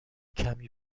کمی